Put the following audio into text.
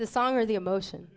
the song or the emotion